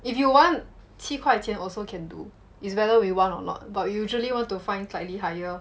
if you want 七块钱 also can do is whether we want or not but usually we will want to find slightly higher